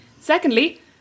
Secondly